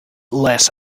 less